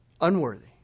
unworthy